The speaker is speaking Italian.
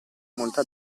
molto